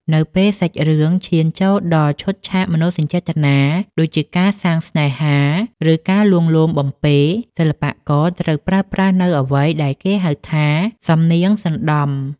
នៅពេលសាច់រឿងឈានចូលដល់ឈុតឆាកមនោសញ្ចេតនា ដូចជាការសាងស្នេហា ឬការលួងលោមបំពេរ សិល្បករត្រូវប្រើប្រាស់នូវអ្វីដែលគេហៅថា សំនៀងសណ្តំ។